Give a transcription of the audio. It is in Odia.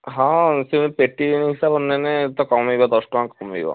ହଁ ସେ ପେଟି ହିସାବରେ ନେନେ ତ କମେଇବ ଦଶଟଙ୍କା କମେଇବ